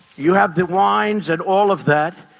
you have deadlines and all of that.